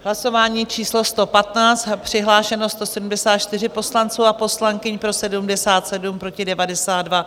Hlasování číslo 115, přihlášeno 174 poslanců a poslankyň, pro 77, proti 92.